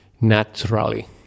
naturally